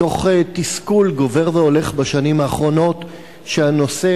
מתוך תסכול גובר והולך בשנים האחרונות מכך שהנושא,